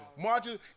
Margin